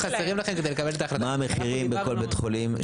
מה המחירים בכל בית חולים,